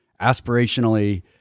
aspirationally